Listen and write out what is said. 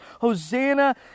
Hosanna